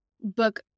book